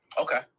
okay